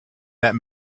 that